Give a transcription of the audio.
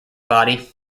body